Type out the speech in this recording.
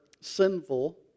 sinful